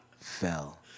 Fell